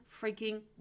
freaking